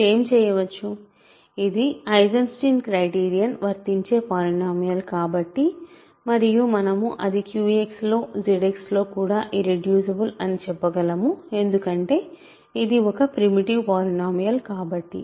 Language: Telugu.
మీరు ఏమి చేయవచ్చు ఇది ఐన్ స్టీన్ క్రైటీరియన్ వర్తించే పాలినోమియల్ కాబట్టి మరియు మనము అది QX లో ZX లో కూడా ఇర్రెడ్యూసిబుల్ అని చెప్పగలము ఎందుకంటే ఇది ఒక ప్రిమిటివ్ పాలినోమియల్ కాబట్టి